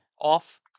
off